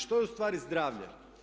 Što je ustvari zdravlje?